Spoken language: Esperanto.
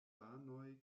urbanoj